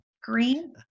green